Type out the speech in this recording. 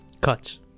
cuts